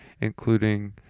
including